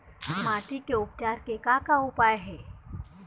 माटी के उपचार के का का उपाय हे?